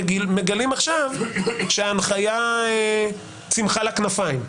ומגלים עכשיו שההנחיה צימחה לה כנפיים.